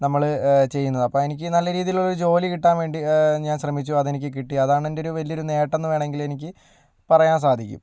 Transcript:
നമ്മൾ ചെയ്യുന്നത് അപ്പം എനിക്ക് നല്ല രീതിയിലുള്ള ഒരു ജോലി കിട്ടാൻ വേണ്ടി ഞാൻ ശ്രമിച്ചു അതെനിക്ക് കിട്ടി അതാണെൻ്റെ ഒരു വലിയൊരു നേട്ടം വേണമെങ്കിൽ എനിക്ക് പറയാൻ സാധിക്കും